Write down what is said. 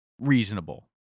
reasonable